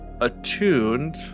attuned